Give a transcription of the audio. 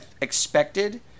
expected